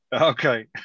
Okay